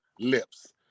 lips